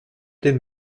den